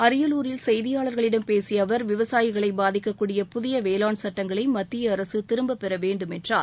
அரியலூரில் செய்தியாளர்களிடம் பேசிய அவர் விவசாயிகளை பாதிக்க்கூடிய புதிய வேளாண் சுட்டங்களை மத்திய அரசு திரும்பப்பெற வேண்டும் என்றார்